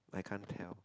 I can't tell